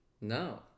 No